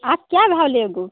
आप क्या भाव लोगी